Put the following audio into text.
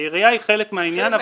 העירייה היא חלק מהעניין,